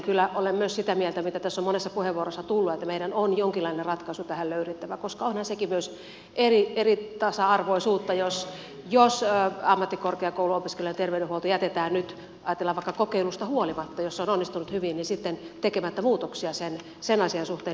kyllä olen myös sitä mieltä mitä tässä on monessa puheenvuorossa tullut että meidän on jonkinlainen ratkaisu tähän löydettävä koska onhan sekin eritasa arvoisuutta jos ammattikorkeakouluopiskelijoiden terveydenhuollossa jätetään nyt ajatellaan vaikka kokeilusta huolimatta jos se on onnistunut hyvin sitten tekemättä niitä muutoksia sen asian suhteen